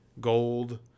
gold